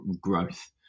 growth